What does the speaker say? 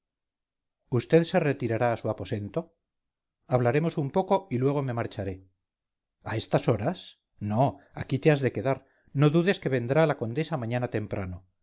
vd se retirará a su aposento hablaremos un poco y luego me marcharé a estas horas no aquí te has de quedar no dudes que vendrá la condesa mañana temprano